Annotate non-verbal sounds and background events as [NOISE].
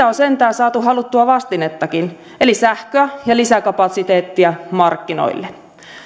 [UNINTELLIGIBLE] on sentään saatu haluttua vastinettakin eli sähköä ja lisäkapasiteettia markkinoille